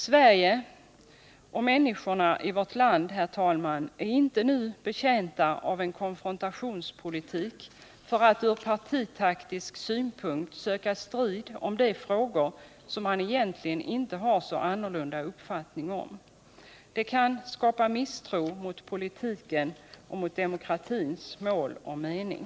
Sverige och människorna i vårt land, herr talman, är inte nu betjänta av en konfrontationspolitik för att från partitaktisk synpunkt söka strid om de frågor som man egentligen inte har så olika uppfattning om. Det kan skapa misstro mot politiken och mot demokratins mål och mening.